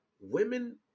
women